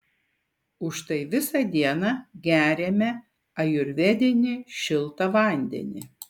už tai visą dieną geriame ajurvedinį šiltą vandenį